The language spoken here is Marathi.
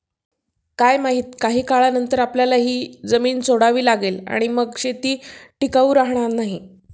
काय माहित, काही काळानंतर आपल्याला ही जमीन सोडावी लागेल आणि मग शेती टिकाऊ राहणार नाही